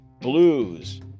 blues